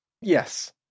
Yes